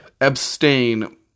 abstain